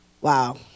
Wow